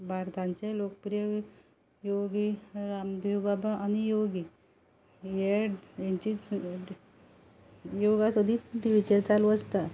भारतांचे लोकप्रिय योगी रामदेव बाबा आनी योगी हे हेंचीच योगा सदींच टीव्हीचेर चालू आसता